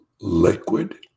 liquid